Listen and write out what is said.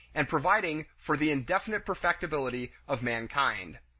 and providing for the indefinite perfectibility of mankind.